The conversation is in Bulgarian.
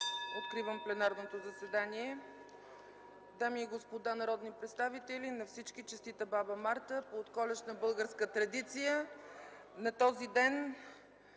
откривам пленарното заседание. (Звъни.) Дами и господа народни представители, на всички честита Баба Марта! По отколешна българска традиция на този ден